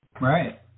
Right